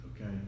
okay